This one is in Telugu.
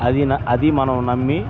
అది అది మనం నమ్మి